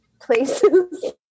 places